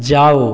जाओ